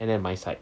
and then my side